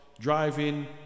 driving